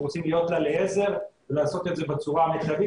רוצים להיות לה לעזר ולעשות את זה בצורה המיטבית.